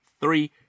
three